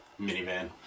minivan